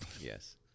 Yes